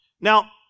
Now